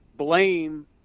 Blame